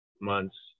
months